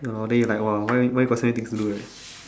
no then you like !wow! why why got some many things to do right